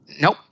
Nope